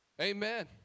Amen